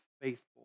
faithful